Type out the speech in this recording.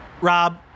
Rob